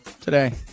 today